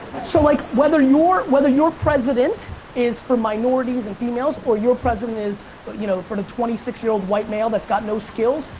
so like whether your whether your president is for minorities and females or your president is but you know for the twenty six year old white male that's got no skills.